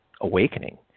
awakening